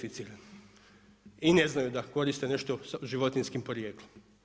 I ne znaju da koriste nešto s životinjskim porijeklom.